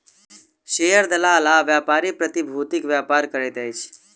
share दलाल आ व्यापारी प्रतिभूतिक व्यापार करैत अछि